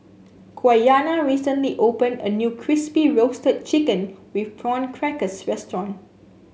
Quiana recently opened a new Crispy Roasted Chicken with Prawn Crackers restaurant